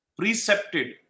precepted